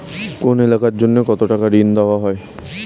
কোন এলাকার জন্য কত টাকা ঋণ দেয়া হয়?